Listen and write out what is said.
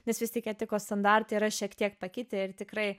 nes vis tik etikos standartai yra šiek tiek pakitę ir tikrai